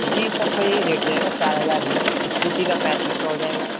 جی سب کا یہی ریٹ رہے گا چار ہزار ہی ہے اسکوٹی کا پینتس سو ہو جائے گا